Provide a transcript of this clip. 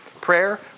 prayer